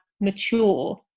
mature